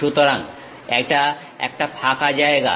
সুতরাং এটা একটা ফাঁকা জায়গা